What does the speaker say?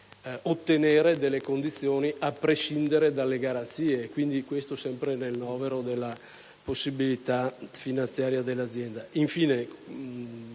ottenere delle condizioni a prescindere dalle garanzie. Quindi questo è sempre nel novero della possibilità finanziaria dell'azienda.